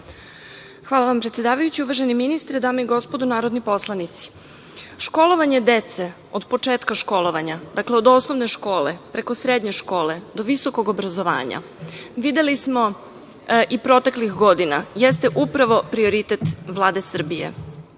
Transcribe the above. Hvala vam predsedavajući. Uvaženi ministre, dame i gospodo narodni poslanici, školovanje dece od početka školovanja, dakle od osnovne škole, preko srednje škole do visokog obrazovanja, videli smo i proteklih godina, jeste upravo prioritet Vlade Srbije,